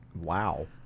wow